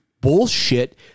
bullshit